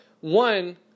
One